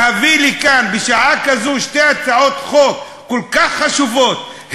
להביא לכאן בשעה כזו שתי הצעות חוק כל כך חשובות,